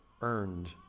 earned